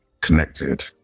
connected